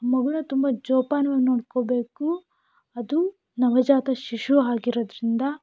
ಮಗೂನ ತುಂಬ ಜೋಪಾನವಾಗಿ ನೋಡ್ಕೋಬೇಕು ಅದು ನವಜಾತ ಶಿಶು ಆಗಿರೋದರಿಂದ